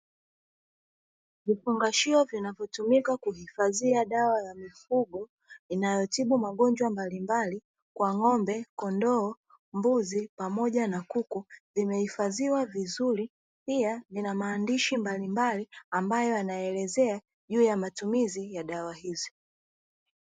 Vifungashio vinavyotumika kuhifadhia dawa ya mifugo; inayotibu magonjwa mbalimbali kwa ng'ombe, kondoo, mbuzi pamoja na kuku vimehifadhiwa vizuri, pia zina maandishi mbalimbali ambayo yanaelezea juu ya matumizi ya dawa hizi.